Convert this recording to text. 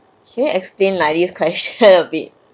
he will explain like this crash her a bit